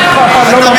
לא, ממש לא.